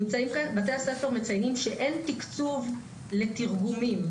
בתי הספר מציינים שאין תקצוב לתרגומים.